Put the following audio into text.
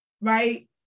right